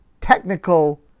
technical